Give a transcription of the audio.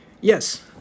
Yes